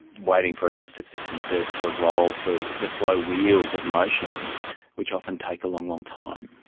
waiting for a justice system to to roll through the slow wheels of motion which often take a long, long time.